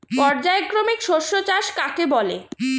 পর্যায়ক্রমিক শস্য চাষ কাকে বলে?